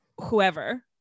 whoever